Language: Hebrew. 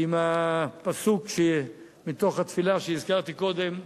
עם הפסוק מתוך התפילה שהזכרתי קודם: